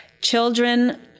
children